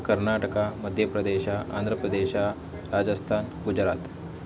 Karnataka Madhya Pradesh Andhra Pradesh Rajasthan Gujarat